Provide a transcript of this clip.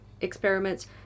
experiments